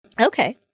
Okay